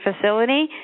facility